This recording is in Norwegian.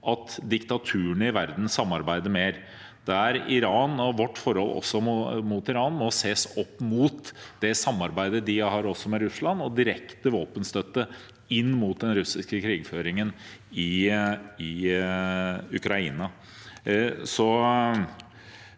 at diktaturene i verden samarbeider mer. Der må Iran og vårt forhold til Iran ses opp mot det samarbeidet de har med Russland, og deres direkte våpenstøtte inn mot den russiske krigføringen i Ukraina.